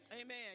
Amen